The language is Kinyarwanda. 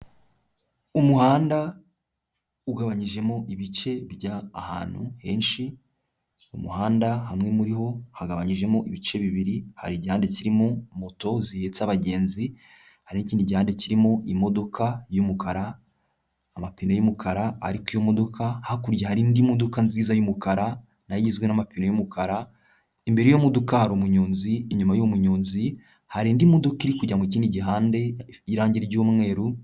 Umuhanda ugabanyijemo ibice by'ahantu henshi, mu muhanda hamwe muri ho hagabanyijemo ibice bibiri, hari igihande kirimo moto zihetse abagenzi, hari n'ikindi gihande kirimo imodoka y'umukara, amapine y'umukara ari kuri iyo modoka, hakurya hari indi modoka nziza y'umukara na yo igizwe n'amapine y'umukara, imbere y'iyo modoka hari umunyonzi, inyuma y'uwo muyonzi hari indi modoka iri kujya mu kindi gihande y'irangi ry'umweru.